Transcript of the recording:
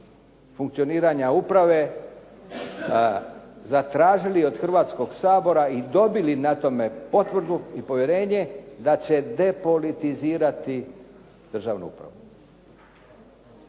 funkcioniranja uprave zatražili od Hrvatskog sabora i dobili na tome potvrdu i povjerenje da će depolitizirati državnu upravu.